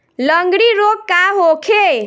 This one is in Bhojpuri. लगंड़ी रोग का होखे?